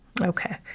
Okay